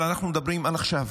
אבל אנחנו מדברים על עכשיו.